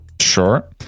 Sure